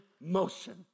motion